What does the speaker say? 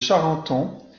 charenton